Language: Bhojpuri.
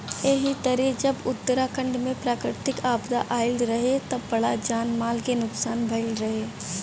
एही तरे जब उत्तराखंड में प्राकृतिक आपदा आईल रहे त बड़ा जान माल के नुकसान भईल रहे